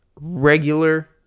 regular